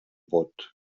pot